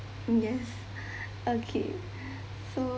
yes okay so